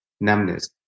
numbness